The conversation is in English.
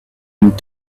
and